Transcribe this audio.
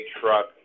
truck